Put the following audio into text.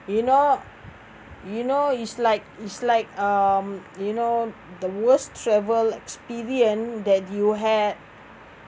you know you know it's like it's like um you know the worst travel experience that you had